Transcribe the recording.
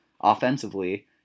offensively